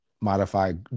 modified